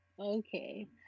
Okay